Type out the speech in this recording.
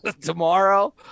tomorrow